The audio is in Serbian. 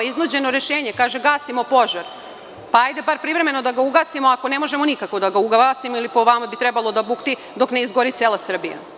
Iznuđeno rešenje, kaže – gasimo požar, pa ajde bar privremeno da ga ugasimo, ako ne možemo nikako da ga ugasimo ili, po vama, bi trebalo da bukti dok ne izgori cela Srbija.